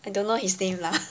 I don't know his name lah